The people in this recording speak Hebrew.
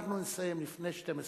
ואנחנו נסיים לפני 12:15,